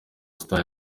star